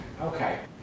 Okay